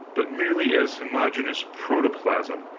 but merely as homogeneous protoplasm,